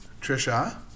Trisha